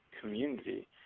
community